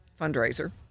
fundraiser